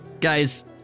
guys